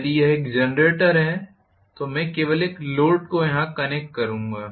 यदि यह एक जनरेटर है तो मैं केवल एक लोड को यहां कनेक्ट करूंगा